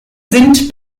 sind